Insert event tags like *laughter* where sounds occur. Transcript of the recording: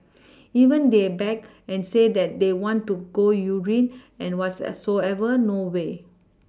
even they beg and say that they want to go urine and what's *unintelligible* soever no way